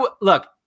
look